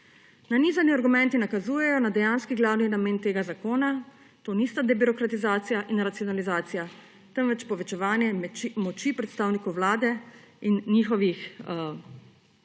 Nanizani argumenti nakazujejo na dejansko glavni namen tega zakona. To nista debirokratizacija in racionalizacija, temveč povečevanje moči predstavnikov Vlade in njihovih, tistih,